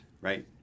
Right